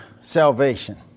salvation